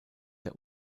der